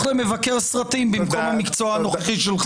למבקר סרטים במקום המקצוע הנוכחי שלך,